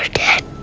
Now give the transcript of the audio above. ah dead